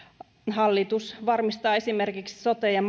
hallitus varmistaa esimerkiksi sote ja